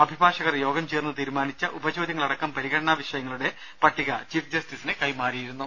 അഭിഭാഷകർ യോഗം ചേർന്ന് തീരുമാനിച്ച ഉപചോദ്യങ്ങളടക്കം പരിഗണനാ വിഷയങ്ങളുടെ പട്ടിക ചീഫ് ജസ്റ്റിസിന് കൈമാറിയിരുന്നു